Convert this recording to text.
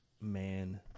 man